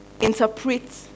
interpret